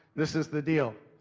this is the deal.